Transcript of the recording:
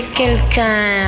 quelqu'un